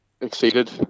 exceeded